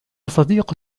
صديق